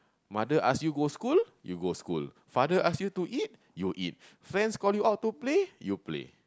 mother ask you go school you go school father ask you to eat you eat friends call you out to play you play